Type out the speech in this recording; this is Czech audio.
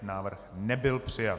Návrh nebyl přijat.